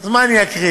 אז מה אני אקריא?